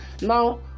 now